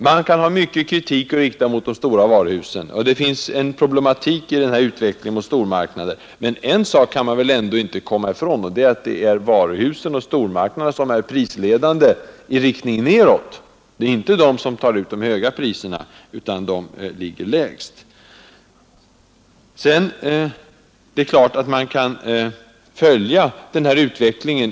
Man kan rikta mycken kritik mot de stora varuhusen — det finns en viss problematik i utvecklingen mot stormarknader — men en sak kan man väl ändå inte komma ifrån, nämligen att det är varuhusen och stormarknaderna som är prisledande i riktning neråt; det är inte de som tar ut de höga priserna, utan deras priser ligger lägst. Det är bra att en statlig nämnd kan följa utvecklingen.